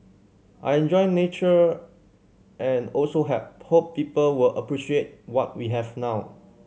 I enjoy nature and also help hope people were appreciate what we have now